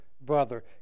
brother